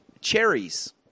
cherries